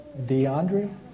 DeAndre